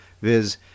viz